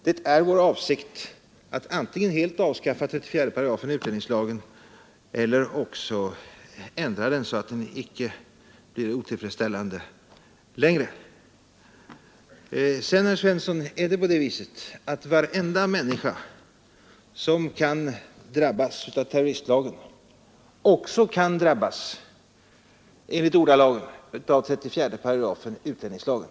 Det är vår avsikt att antingen helt avskaffa 34 § utlänningslagen eller också ändra den så att den icke kommer att vara otillfredsställande längre. Vidare är det så, herr Svensson, att varenda människa som kan drabbas av terroristlagen också kan drabbas enligt ordalagen i 34 § utlänningslagen.